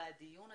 ואת הדיון זה,